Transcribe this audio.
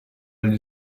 agli